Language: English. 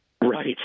Right